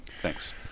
Thanks